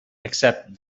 except